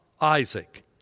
Isaac